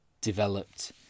developed